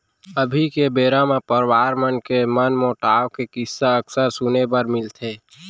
अभी के बेरा म परवार मन के मनमोटाव के किस्सा अक्सर सुने बर मिलथे